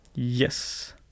Yes